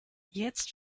jetzt